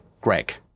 greg